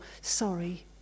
sorry